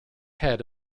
head